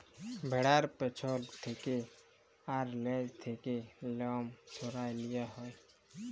ভ্যাড়ার পেছল থ্যাকে আর লেজ থ্যাকে লম সরাঁয় লিয়া হ্যয়